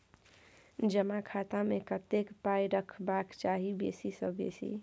जमा खाता मे कतेक पाय रखबाक चाही बेसी सँ बेसी?